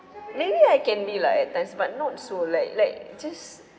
maybe I can be like at times but not so like like just